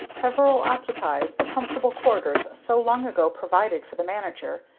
peveril occupies the comfortable quarters so long ago provided for the manager,